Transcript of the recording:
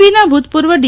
પી નાં ભૂતપૂર્વ ડી